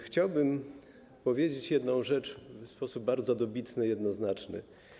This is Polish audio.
Chciałbym powiedzieć jedną rzecz w sposób bardzo dobitny, jednoznaczny.